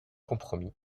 compromis